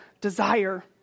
desire